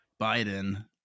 Biden